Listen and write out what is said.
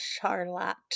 Charlotte